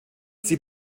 sie